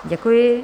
Děkuji.